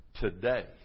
today